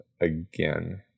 again